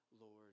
Lord